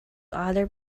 other